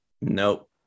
Nope